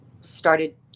started